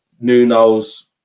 Nuno's